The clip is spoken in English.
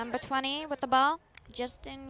number twenty with the ball just